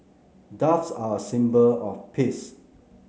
doves are a symbol of peace